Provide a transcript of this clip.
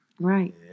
Right